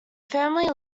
family